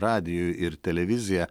radiju ir televizija